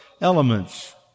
elements